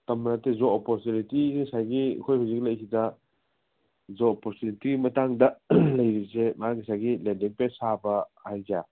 ꯇꯝꯕ ꯅꯠꯇꯦ job opportunity ꯉꯁꯥꯏꯒꯤ ꯑꯩꯈꯣꯏ ꯍꯧꯖꯤꯛ ꯂꯩꯁꯤꯗ ꯖꯣꯕ ꯑꯣꯄꯣꯔꯆꯨꯅꯤꯇꯤꯒꯤ ꯃꯇꯥꯡꯗ ꯂꯩꯔꯤꯕꯁꯦ ꯃꯥꯒꯤ ꯉꯁꯥꯏꯒꯤ ꯂꯦꯟꯗꯤꯡ ꯄꯦꯖ ꯁꯥꯕ ꯍꯥꯏꯕꯁꯦ